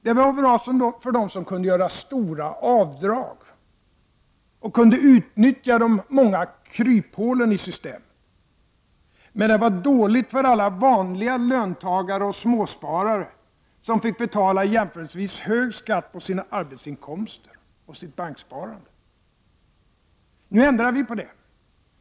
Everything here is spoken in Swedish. Det var bra för dem som kunde göra stora avdrag och som kunde utnyttja de många kryphålen i systemet. Men det var dåligt för alla vanliga löntagare och småsparare, som fick betala jämförelsevis hög skatt på sina arbetsinkomster och sitt banksparande. Nu ändrar vi på det.